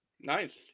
nice